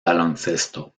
baloncesto